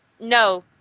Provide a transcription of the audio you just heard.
No